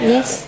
Yes